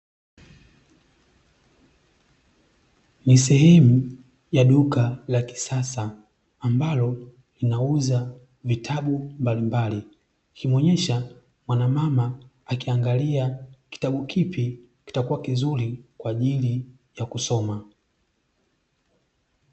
Ni sehemu ya duka la kisasa ambalo linauza vitabu mbalimbali likimuonesha mwanamama akiangalia kitabu kipi kitakuwa kizuri kwaajili ya kusoma.